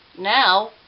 now,